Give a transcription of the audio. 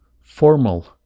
formal